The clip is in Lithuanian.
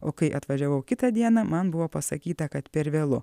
o kai atvažiavau kitą dieną man buvo pasakyta kad per vėlu